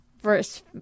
verse